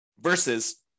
Versus